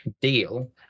deal